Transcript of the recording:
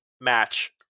match